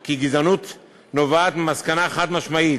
כי גזענות נובעת ממסקנה חד-משמעית,